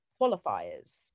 qualifiers